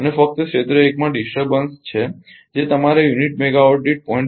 અને ફક્ત ક્ષેત્ર 1 માં ડિસ્ટર્બન્સ છે જે તમારા યુનિટ મેગાવાટ દીઠ 0